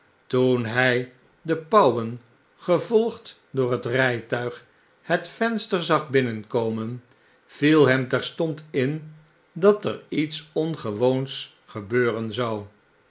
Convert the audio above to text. toen hij de pauwen gevolgd door het riituig het venster zag binnenkomen viel hem terstond in dat er lets ongewoons gebeuren zou